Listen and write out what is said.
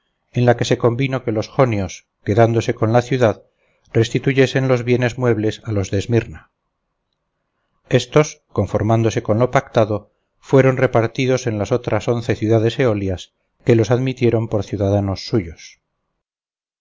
en la que se convino que los jonios quedándose con la ciudad restituyesen los bienes muebles a los de esmirna estos conformándose con lo pactado fueron repartidos en las otras once ciudades eolias que los admitieron por ciudadanos suyos